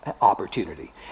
opportunity